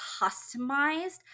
customized